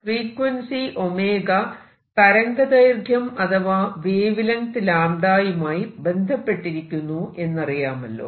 frequency 𝞈 തരംഗ ദൈർഘ്യം അഥവാ വേവ് ലെങ്ത് യുമായി ബന്ധപ്പെട്ടിരിക്കുന്നു എന്നറിയാമല്ലോ